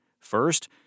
First